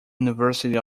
university